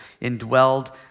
indwelled